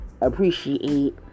appreciate